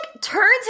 turns